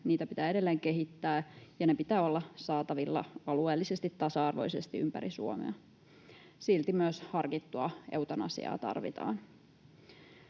niitä pitää edelleen kehittää, ja niiden pitää olla saatavilla alueellisesti tasa-arvoisesti ympäri Suomea. Silti myös harkittua eutanasiaa tarvitaan.